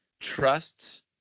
trust